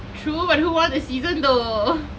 true but who won the season though